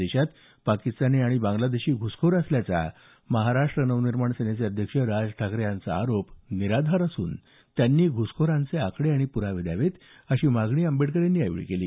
देशात पाकिस्तानी आणि बांग्लादेशी घ्रसखोर असल्याचा महाराष्ट्र नवनिर्माण सेनेचे अध्यक्ष राज ठाकरे यांचा आरोप निराधार असून त्यांनी घुसखोरांचे आकडे आणि पुरावे द्यावेत अशी मागणीही आंबेडकर यांनी यावेळी केली